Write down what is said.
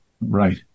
right